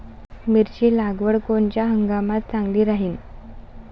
मिरची लागवड कोनच्या हंगामात चांगली राहीन?